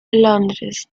londres